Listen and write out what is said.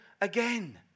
again